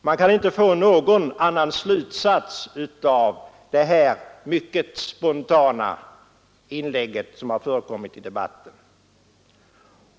Man kan inte dra någon annan slutsats av hans mycket spontana inlägg i debatten.